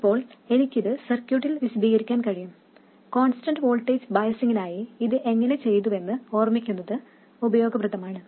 ഇപ്പോൾ എനിക്കിത് സർക്യൂട്ടിൽ വിശദീകരിക്കാൻ കഴിയും കോൺസ്റ്റന്റ് വോൾട്ടേജ് ബയസിങ്ങിനായി ഇത് എങ്ങനെ ചെയ്തുവെന്ന് ഓർമ്മിക്കുന്നത് ഉപയോഗപ്രദമാണ്